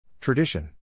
Tradition